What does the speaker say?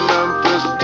Memphis